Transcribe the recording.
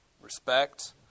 respect